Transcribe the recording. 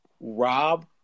Rob –